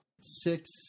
Six